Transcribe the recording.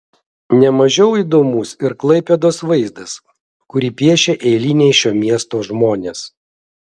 ne mažiau įdomus ir klaipėdos vaizdas kurį piešia eiliniai šio miesto žmonės